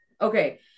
okay